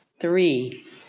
three